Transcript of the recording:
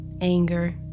anger